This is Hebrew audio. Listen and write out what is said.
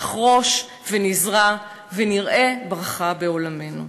נחרוש ונזרע ונראה ברכה בעולמנו.